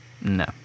No